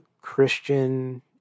Christian